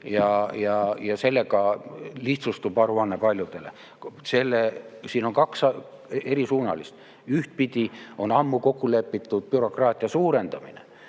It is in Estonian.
ja sellega lihtsustub aruanne paljudele. Siin on kaks erisuunalist: ühtpidi on ammu kokku lepitud bürokraatia suurendamine,